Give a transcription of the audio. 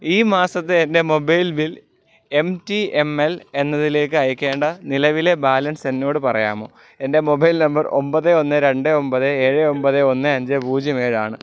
ഈ മാസത്തെ എൻ്റെ mobile bill M T M L എന്നതിലേക്ക് അയക്കേണ്ട നിലവിലെ ബാലൻസ് എന്നോട് പറയാമോ എൻ്റെ മൊബൈൽ നമ്പർ ഒൻപത് ഒന്ന് രണ്ട് ഒൻപത് ഏഴ് ഒൻപത് ഒന്ന് അഞ്ച് പൂജ്യം ഏഴാണ്